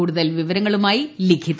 കൂടുതൽ വിവരങ്ങളുമായി ലിഖിത